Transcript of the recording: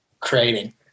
creating